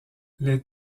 les